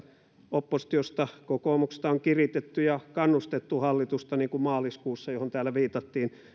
oppositiosta kokoomuksesta on kiritetty ja kannustettu hallitusta niin kuin maaliskuussa mihin täällä viitattiin